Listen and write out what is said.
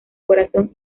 corazón